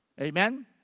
Amen